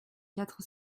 quatre